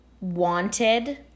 wanted